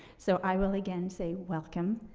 so i will again say welcome.